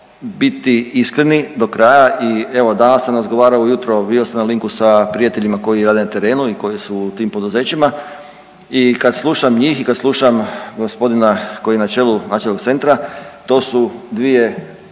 biti iskreni do kraja i evo danas sam razgovarao ujutro bio sam na linku s prijateljima koji rade na terenu i koji su u tim poduzećima i kad slušam njih i kad slušam gospodina koji je na čelu nacionalnog centra, to su dvije